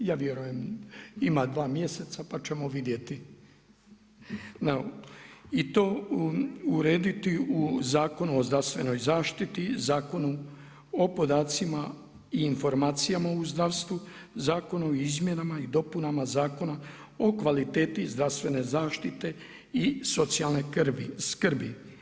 Ja vjerujem ima dva mjeseca, pa ćemo vidjeti i to urediti u Zakonu o zdravstvenoj zaštiti, Zakonu o podacima i informaijama u zdravstvu, Zakonu o izmjenama i dopunama Zakona o kvaliteti zdravstvene zaštite i socijalne skrbi.